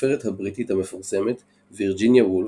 הסופרת הבריטית המפורסמת וירג'יניה וולף,